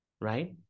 right